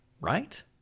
right